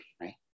right